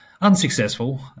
unsuccessful